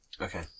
Okay